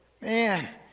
Man